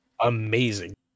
Amazing